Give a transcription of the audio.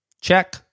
Check